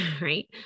right